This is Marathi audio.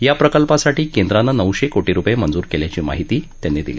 या प्रकल्पासाठी केंद्रानं नऊश कोटी रुपय मेंजूर कल्याची माहिती त्यांनी दिली